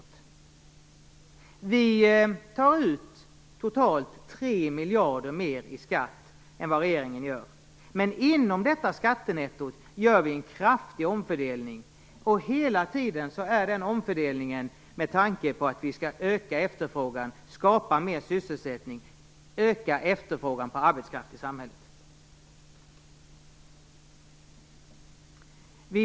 Vi vill ta ut totalt 3 miljarder mer i skatt än vad regeringen gör. Inom detta skattenetto gör vi en kraftig omfördelning. Den omfördelningen sker med tanke på att vi skall öka efterfrågan, skapa mer sysselsättning och öka efterfrågan på arbetskraft i samhället.